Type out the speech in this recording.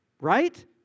right